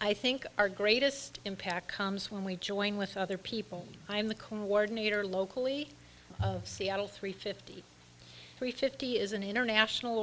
i think our greatest impact comes when we join with other people i am the coordinator locally seattle three fifty three fifty is an international